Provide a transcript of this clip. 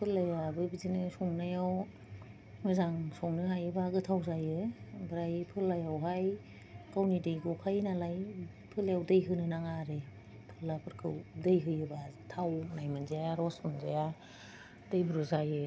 फोरलायाबो बिदिनो संनायाव मोजां संनो हायोबा गोथाव जायो ओमफ्राय फोरलायावहाय गावनि दै गखायो नालाय फोरलायाव दै होनो नाङा आरो फोरलाफोरखौ दै होयोबा थावनाय मोनजाया रस मोनजाया दैब्र' जायो